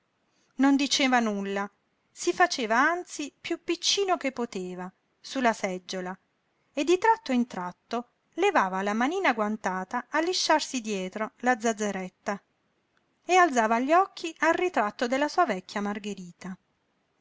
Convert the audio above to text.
non diceva nulla si faceva anzi piú piccino che poteva su la seggiola e di tratto in tratto levava la manina guantata a lisciarsi dietro la zazzeretta e alzava gli occhi al ritratto della sua vecchia margherita